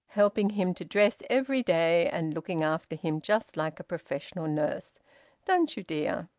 helping him to dress every day, and looking after him just like a professional nurse don't you, dear?